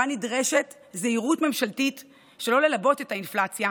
שבה נדרשת זהירות ממשלתית שלא ללבות את האינפלציה,